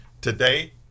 today